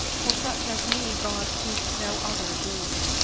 for such as me god keeps no other boon.